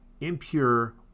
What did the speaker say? impure